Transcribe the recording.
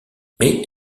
mais